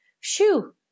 Shoo